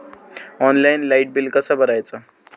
Online light bill कसा भरायचा?